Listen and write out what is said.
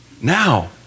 Now